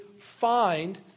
find